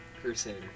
Crusader